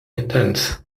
intense